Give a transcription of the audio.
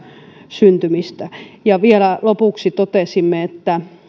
syntymistä vielä lopuksi totesimme että